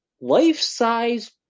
life-size